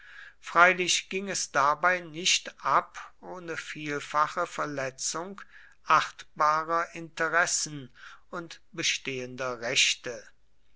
freilich ging es dabei nicht ab ohne vielfache verletzung achtbarer interessen und bestehender rechte